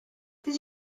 did